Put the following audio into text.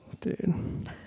dude